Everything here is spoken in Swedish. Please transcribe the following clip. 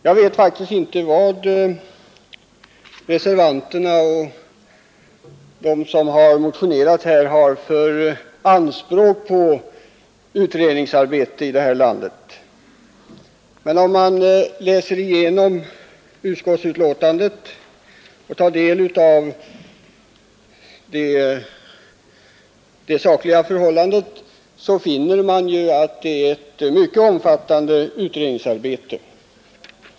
Jag vet faktiskt inte vad reservanterna och motionärerna har för anspråk på utredningsarbete här i landet, men om man läser igenom utskottsbetänkandet och tar del av det sakliga förhållandet, så finner man ju att det är ett mycket omfattande utredningsarbete.